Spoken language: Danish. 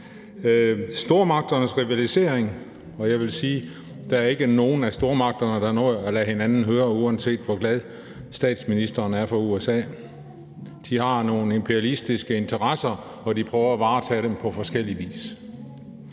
Stormagterne rivaliserer, og jeg vil sige, at der ikke er nogen af stormagterne, der har noget at lade hinanden høre, uanset hvor glad statsministeren er for USA. De har nogle imperialistiske interesser, og de prøver at varetage dem på forskellig vis.